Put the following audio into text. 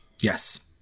yes